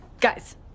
Guys